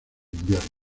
invierno